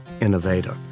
innovator